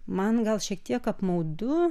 man gal šiek tiek apmaudu